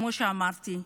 כמו שאמרתי,